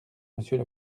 monsieur